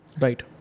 Right